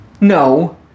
No